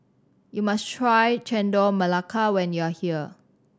you must try Chendol Melaka when you are here